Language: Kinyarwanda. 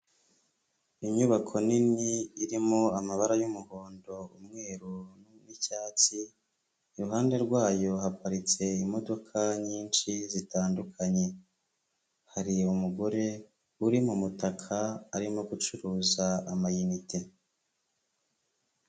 Inyubako nini irimo amabara y'umuhondo, umweru n'icyatsi, iruhande rwayo haparitse imodoka nyinshi zitandukanye, hari umugore uri mu mutaka arimo gucuruza amayinite.